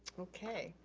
okay,